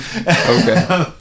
okay